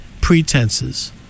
pretenses